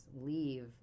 leave